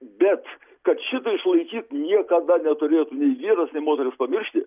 bet kad šitą išlaikyt niekada neturėtų nei vyras nei moteris pamiršti